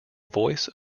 voice